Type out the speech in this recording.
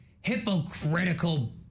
hypocritical